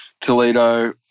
Toledo